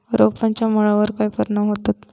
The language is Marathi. रोपांच्या मुळावर काय परिणाम होतत?